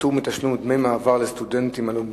פרויקט הנתיב המהיר לתל-אביב